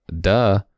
duh